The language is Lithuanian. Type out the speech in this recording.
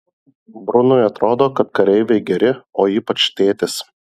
brunui atrodo kad kareiviai geri o ypač tėtis